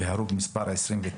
הרוג מספר 29